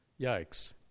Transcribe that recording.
yikes